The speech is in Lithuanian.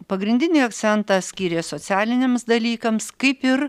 pagrindinį akcentą skyrė socialiniams dalykams kaip ir